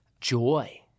joy